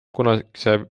kunagise